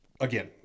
again